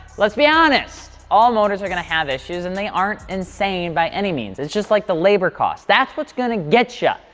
let's be honest. all motors are gonna have issues, and they aren't insane by any means. it's just like the labor cost, that's what's gonna get ya,